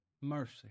mercy